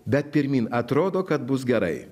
bet pirmyn atrodo kad bus gerai